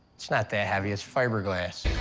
it's not that heavy. it's fiberglass.